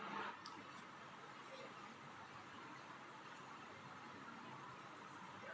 जोधपुर में एक सौ पांच किलोवाट क्षमता की एग्री वोल्टाइक प्रणाली की स्थापना की गयी